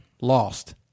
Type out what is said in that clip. lost